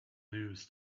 news